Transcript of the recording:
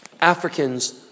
Africans